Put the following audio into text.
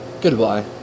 goodbye